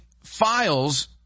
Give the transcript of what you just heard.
files